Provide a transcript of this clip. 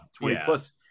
20-plus